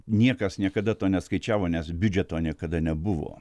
niekas niekada to neskaičiavo nes biudžeto niekada nebuvo